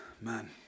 man